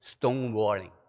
Stonewalling